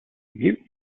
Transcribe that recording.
mute